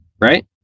right